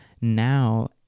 Now